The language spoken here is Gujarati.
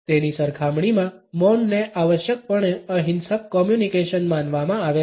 તેની સરખામણીમાં મૌનને આવશ્યકપણે અહિંસક કોમ્યુનિકેશન માનવામાં આવે છે